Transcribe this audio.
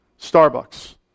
Starbucks